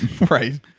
Right